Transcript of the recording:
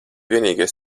vienīgais